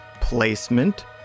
placement